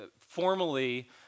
formally